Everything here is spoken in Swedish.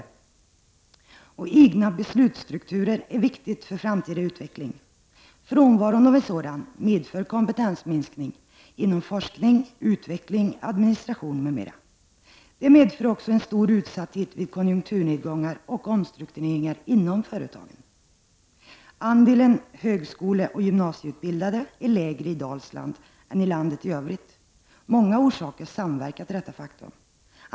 Det är viktigt med egna beslutsstrukturer för en framtida utveckling. Frånvaron av sådana beslutstrukturer medför kompetensminskning inom forskning, utveckling, administration m.m. Det medför också en stor utsatthet vid konjunkturnedgångar och omstruktureringar inom företagen. Andelen högskoleoch gymnasieutbildade är lägre i Dalsland än i landet i Övrigt, och det är många orsaker som samverkar till detta.